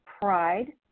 pride